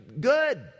good